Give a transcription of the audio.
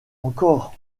encore